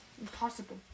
impossible